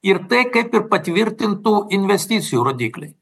ir tai kaip ir patvirtintų investicijų rodikliai